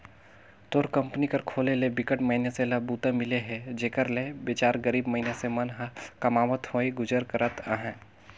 तोर कंपनी कर खोले ले बिकट मइनसे ल बूता मिले हे जेखर ले बिचार गरीब मइनसे मन ह कमावत होय गुजर करत अहे